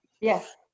Yes